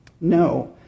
No